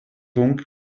donc